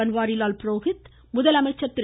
பன்வாரிலால் புரோஹித் முதலமைச்சர் திரு